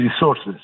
resources